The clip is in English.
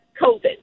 COVID